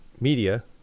media